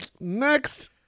Next